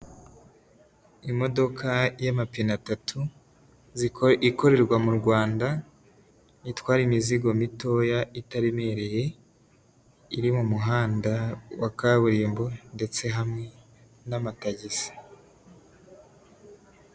Imodoka y'amapine atatu, ikorerwa mu Rwanda, itwara imizigo mitoya itaremereye, iri mu muhanda wa kaburimbo ndetse hamwe n'amatagisi.